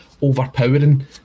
overpowering